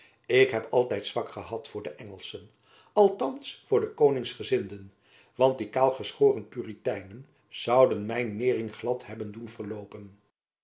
musch heb altijd zwak gehad voor de engelschen althands voor de koningsgezinden want die kaalgeschoren puriteinen zouden mijn neering glad hebben doen verloopen